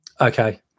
okay